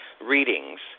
readings –